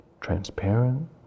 transparent